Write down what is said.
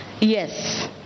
yes